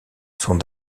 sont